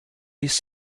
ist